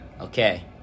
Okay